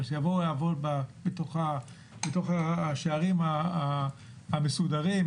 אבל שיבואו לעבוד מתוך השערים המסודרים,